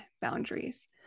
boundaries